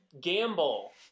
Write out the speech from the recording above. gamble